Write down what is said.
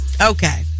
Okay